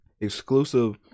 exclusive